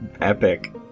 epic